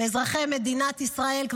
אזרחי מדינת ישראל,